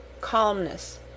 calmness